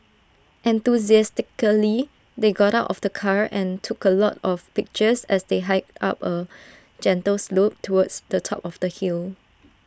enthusiastically they got out of the car and took A lot of pictures as they hiked up A gentle slope towards the top of the hill